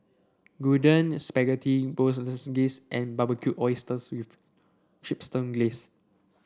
Gyudon Spaghetti Bolognese and Barbecued Oysters with Chipotle Glaze